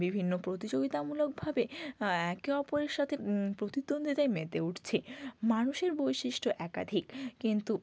বিভিন্ন প্রতিযোগিতামূলক ভাবে একে অপরের সাথে প্রতিদ্বন্দ্বিতায় মেতে উঠছে মানুষের বৈশিষ্ট্য একাধিক কিন্তু